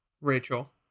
Rachel